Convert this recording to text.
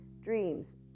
dreams